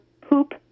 Poop